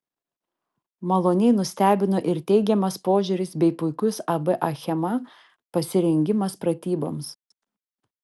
maloniai nustebino ir teigiamas požiūris bei puikus ab achema pasirengimas pratyboms